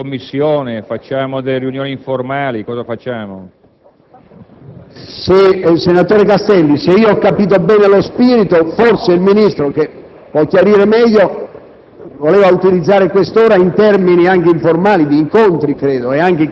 formali utilizzare la sospensione. Torniamo in Commissione? Facciamo delle riunioni informali? Cosa facciamo? PRESIDENTE. Senatore Castelli, se ho compreso bene lo spirito, forse il Ministro - che può chiarire meglio